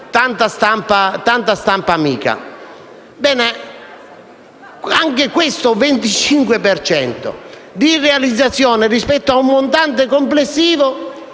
tanta stampa amica. Bene, anche questo 25 per cento di realizzazione rispetto a un montante complessivo